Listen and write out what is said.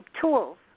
Tools